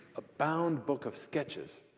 a bound book of sketches,